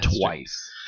twice